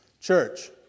Church